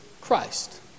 Christ